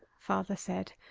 father said.